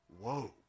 Whoa